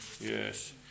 Yes